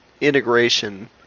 integration